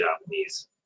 Japanese